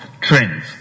trends